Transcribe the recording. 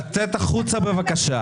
לצאת החוצה בבקשה.